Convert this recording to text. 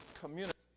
community